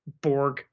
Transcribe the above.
borg